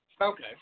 okay